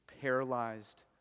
paralyzed